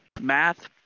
math